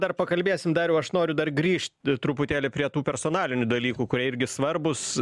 dar pakalbėsim dariau aš noriu dar grįžt truputėlį prie tų personalinių dalykų kurie irgi svarbūs